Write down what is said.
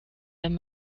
wenn